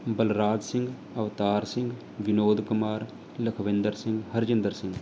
Balraj Singh Avtar Singh Vinod Kumar Lakhwinder Singh Harjinder Singh